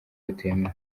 butemewe